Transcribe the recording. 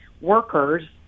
workers